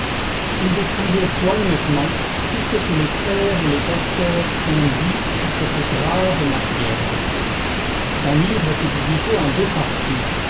il dépouillait soigneusement tout ce que les pères et les docteurs ont dit sur cette grave matière son livre était divisé en deux parties